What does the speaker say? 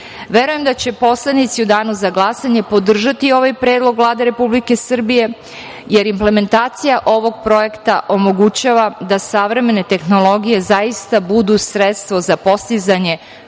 mediji. Verujem da će poslanici u danu za glasanje podržati ovaj Predlog Vlade Republike Srbije jer implementacija ovog projekta omogućava da savremene tehnologije zaista budu sredstvo za postizanje